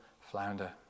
flounder